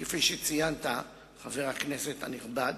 כפי שציינת, חבר הכנסת הנכבד,